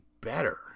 better